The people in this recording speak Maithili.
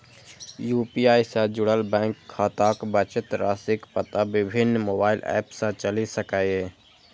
यू.पी.आई सं जुड़ल बैंक खाताक बचत राशिक पता विभिन्न मोबाइल एप सं चलि सकैए